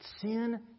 sin